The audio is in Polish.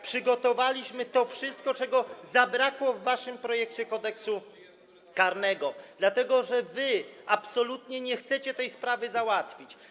Przygotowaliśmy to wszystko, czego zabrakło w waszym projekcie Kodeksu karnego, dlatego że wy absolutnie nie chcecie tej sprawy załatwić.